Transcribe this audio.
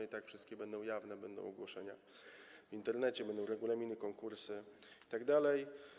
I tak wszystkie będą jawne, będą ogłoszenia w Internecie, będą regulaminy, konkursy itd.